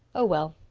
oh, well,